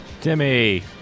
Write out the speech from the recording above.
Timmy